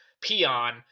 peon